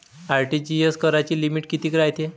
RTGS कराची limit कितीक रायते?